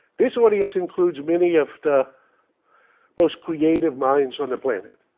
this audience includes many of the most creative minds on the planet,